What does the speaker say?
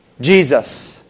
Jesus